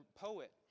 poet